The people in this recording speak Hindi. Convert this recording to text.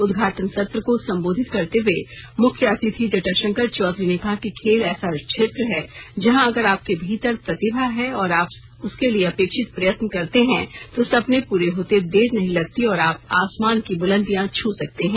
उद्घाटन सत्र को संबोधित करते हुए मुख्य अतिथि जटाशंकर चौधरी ने कहा कि खेल ऐसा क्षेत्र जहां अगर आपके भीतर प्रतिभा है और आप उसके लिए अपेक्षित प्रयत्न करते हैं तो सपने पूरे होते देर नहीं लगती और आप आसमान की बुलंदियां छू सकते हैं